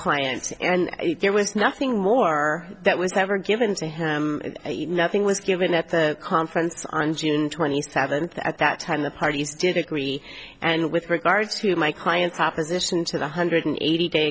clients and there was nothing more that was ever given to him nothing was given at the conference on june twenty seventh at that time the parties did agree and with regards to my client's opposition to one hundred eighty day